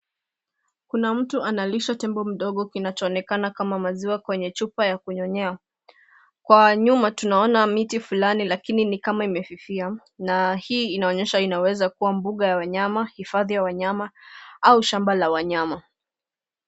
Kuna mtu analisha tembo mdogo kinachoonekana kama maziwa kwenye chupa ya kunyonyea. Kwa nyuma tunaona miti fulani lakini ni kama imefifia na hii inaonyesha inaweza kuwa mbuga ya wanyama ,hifadhi ya wanyama au shamba la wanyama.